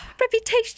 Reputation